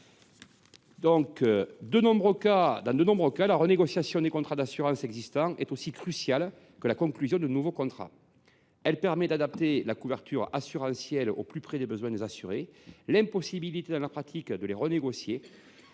dans de nombreux cas, la renégociation des contrats d’assurance existants est aussi cruciale que la conclusion de nouveaux contrats. Elle permet d’ajuster la couverture assurantielle au plus près des besoins des assurés. L’impossibilité, dans la pratique, de renégocier